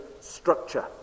structure